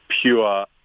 pure